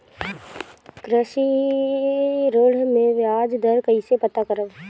कृषि ऋण में बयाज दर कइसे पता करब?